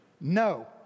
No